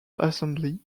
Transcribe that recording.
assembly